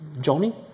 Johnny